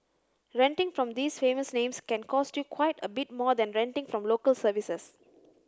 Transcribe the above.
renting from these famous names can cost you quite a bit more than renting from local services